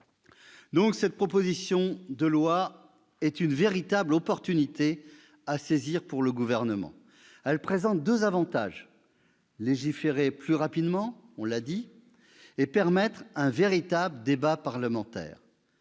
Cette proposition de loi est donc une véritable occasion à saisir pour le Gouvernement. Elle présente deux avantages : légiférer plus rapidement et permettre un véritable débat parlementaire.